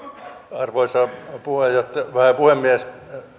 arvoisa puhemies